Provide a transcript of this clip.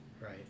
Right